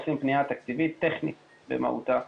עושים פנייה תקציבית טכנית במהותה.